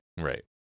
Right